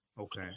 Okay